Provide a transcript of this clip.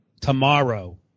tomorrow